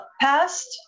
past